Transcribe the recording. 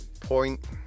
point